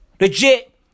Legit